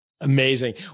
Amazing